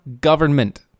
government